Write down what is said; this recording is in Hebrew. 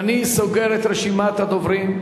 אני סוגר את רשימת הדוברים.